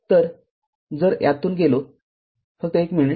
तर जर यातून गेलो फक्त १ मिनिट